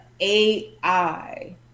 AI